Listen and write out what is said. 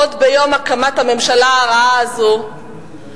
עוד ביום הקמת הממשלה הרעה הזאת,